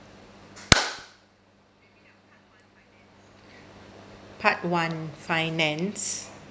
part one finance